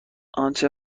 آنچه